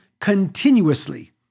continuously